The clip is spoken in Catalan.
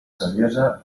saviesa